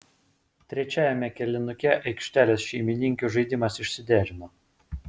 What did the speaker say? trečiajame kėlinuke aikštelės šeimininkių žaidimas išsiderino